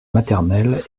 maternelle